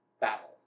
battle